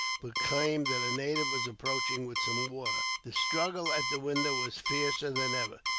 proclaimed that a native was approaching with some water. the struggle at the window was fiercer than ever.